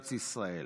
לארץ ישראל.